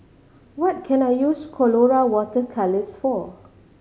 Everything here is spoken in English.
what can I use Colora Water Colours for